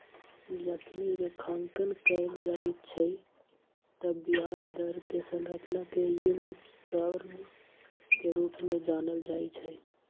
जखनी रेखांकन कएल जाइ छइ तऽ ब्याज दर कें संरचना के यील्ड कर्व के रूप में जानल जाइ छइ